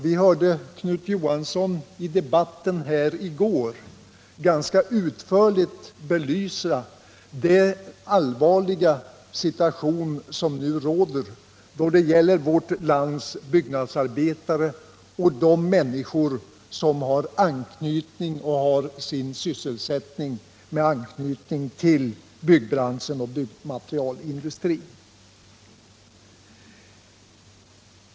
Vi hörde Knut Johansson i debatten här i går ganska utförligt belysa den allvarliga situation som nu råder när det gäller vårt lands byggnadsarbetare och de människor som har sin sysselsättning med anknytning till byggnadsbranschen och byggmaterialindustrin.